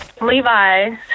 Levi